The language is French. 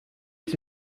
est